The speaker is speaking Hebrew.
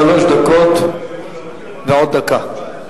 שלוש דקות, ועוד דקה.